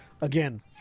Again